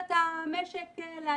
בפנינו את תמונת המגפה,